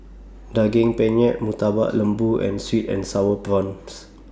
Daging Penyet Murtabak Lembu and Sweet and Sour Prawns